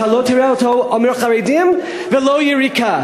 אתה לא תראה אותו אומר "חרדים" ולא "יריקה".